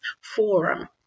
Forum